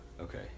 okay